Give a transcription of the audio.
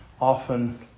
often